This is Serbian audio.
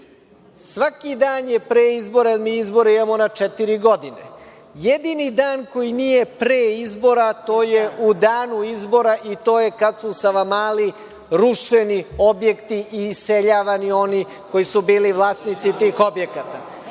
Svaki dan je pre izbora, jer mi izbore imamo na četiri godine. Jedini dan koji nije pre izbora to je u danu izbora i to je kad su u Savamali rušeni objekti i iseljavani oni koji su bili vlasnici tih objekata. Da